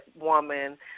woman